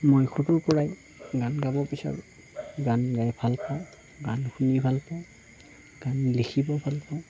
মই সৰুৰপৰাই গান গাব বিচাৰোঁ গান গাই ভালপাওঁ গান শুনি ভালপাওঁ গান লিখিব ভালপাওঁ